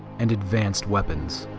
and advanced weapons.